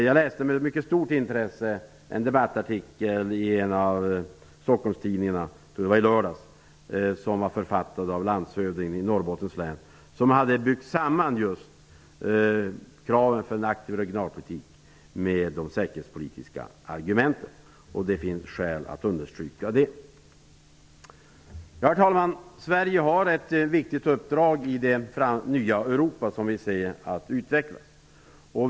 Jag läste med mycket stort intresse en debattartikel i en av Stockholmstidningarna -- jag tror att det var i lördags. Den var författad av landshövdingen i Norrbottens län. Han hade fört ihop kraven på en aktiv regionalpolitik med de säkerhetspolitiska argumenten. Det finns skäl att understryka detta. Herr talman! Sverige har ett viktigt uppdrag i det nya Europa som vi ser utvecklas.